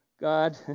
God